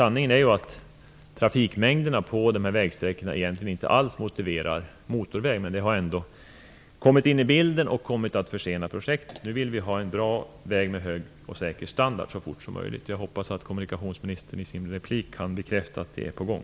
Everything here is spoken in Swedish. Sanningen är ju att trafikmängderna på de här vägsträckorna egentligen inte alls motiverar motorväg, men det har ändå kommit in i bilden och försenat projektet. Nu vill vi ha en bra väg med hög och säker standard så fort som möjligt. Jag hoppas att kommunikationsministern i nästa inlägg kan bekräfta att det är på gång.